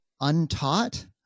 untaught